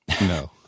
No